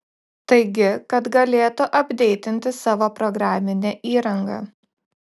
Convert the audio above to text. taigi kad galėtų apdeitinti savo programinę įranga